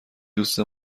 دوست